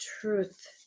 Truth